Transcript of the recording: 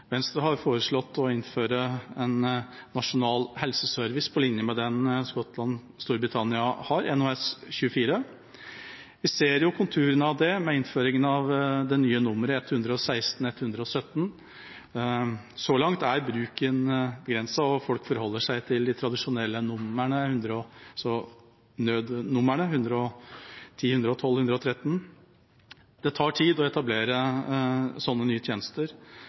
Venstre har foreslått å innføre en nasjonal helseservice på linje med den Skottland i Storbritannia har, NHS 24. Vi ser konturene av det med innføringen av det nye nummeret 116 117. Så langt er bruken begrenset, og folk forholder seg til de tradisjonelle nødnumrene 110, 112 og 113. Det tar tid å etablere sånne nye tjenester.